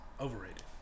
overrated